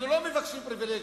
אנחנו לא מבקשים פריווילגיות,